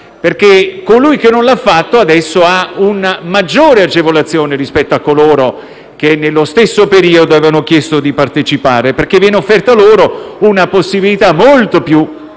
perché colui che non lo ha fatto adesso ha un'agevolazione maggiore rispetto a coloro che nello stesso periodo avevano chiesto di partecipare, visto che viene offerta loro una possibilità molto più